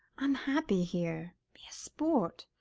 i'm happy here. be a sport!